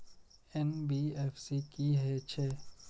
NBFC की हे छे?